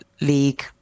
league